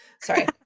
Sorry